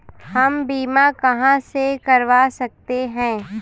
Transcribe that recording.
हम बीमा कहां से करवा सकते हैं?